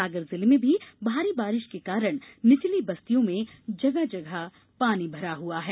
सागर जिले में भी भारी बारिश के कारण निचली बस्तियों में जगह जगह पानी भरा हुआ है